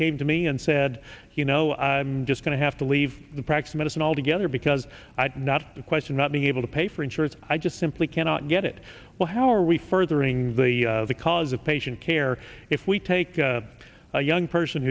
came to me and said you know i'm just going to have to leave the practice medicine altogether because i did not question not being able to pay for insurance i just simply cannot get it well how are we furthering the cause of patient care if we take a young person